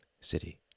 city